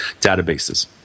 databases